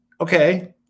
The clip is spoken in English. Okay